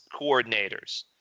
coordinators